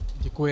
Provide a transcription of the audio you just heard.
Děkuji.